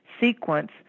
sequence